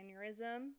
aneurysm